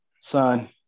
Son